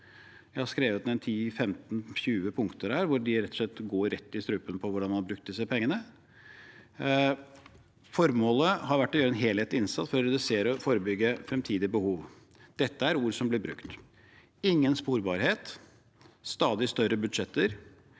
Jeg har skrevet ned 10–15–20 punkter hvor de rett og slett går rett i strupen på hvordan man har brukt disse pengene. Formålet har vært å gjøre en helhetlig innsats for å redusere og forebygge fremtidige behov. Dette er ord som blir brukt: ingen sporbarhet, stadig større budsjetter,